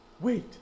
Wait